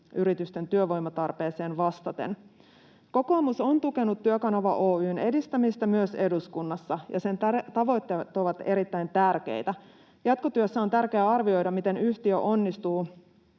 yritysten työvoimatarpeeseen vastaten. Kokoomus on tukenut Työkanava Oy:n edistämistä myös eduskunnassa, ja sen tavoitteet ovat erittäin tärkeitä. Jatkotyössä on tärkeää arvioida, miten yhtiö onnistuu